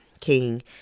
King